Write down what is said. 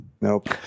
Nope